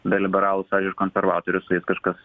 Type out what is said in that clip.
be liberalų sąjūdžio ir konservatorių su jais kažkas